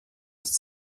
ist